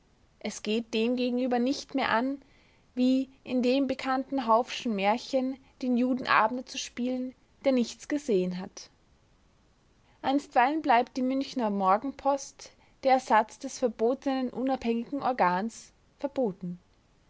es geht demgegenüber nicht mehr an wie in dem bekannten hauffschen märchen den juden abner zu spielen der nichts gesehen hat einstweilen bleibt die münchener morgenpost der ersatz des verbotenen unabhängigen organs verboten